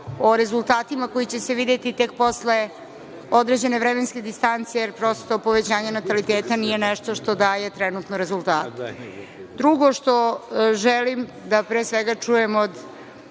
o rezultatima koji će se videti tek posle određene vremenske distance, jer prosto, povećanje nataliteta nije nešto što daje trenutno rezultate. Drugo što želim da, pre svega, čujem od